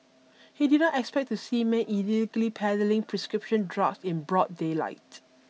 he did not expect to see men illegally peddling prescription drugs in broad daylight